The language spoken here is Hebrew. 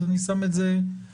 אז אני שם את זה כעניין.